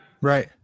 right